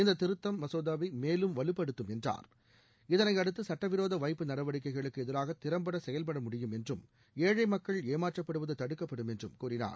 இந்த திருத்தம் மசோதாவை மேலும் வலுப்படுத்தும் என்றும் இதனை அடுத்து சட்டவிரோத வைப்பு நடவடிக்கைகளுக்கு எதிராக திறம்பட செயல்பட முடியும் என்றும் ஏழை மக்கள் ஏமாற்றப்படுவது தடுக்கப்படும் என்றும் கூறினார்